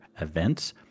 events